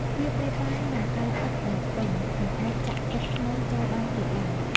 វាប្រៀបបាននឹង កែវទឹកដែលពេញ មិនអាចចាក់ទឹកថ្មីចូលបានទៀតឡើយ។